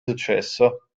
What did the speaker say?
successo